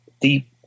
deep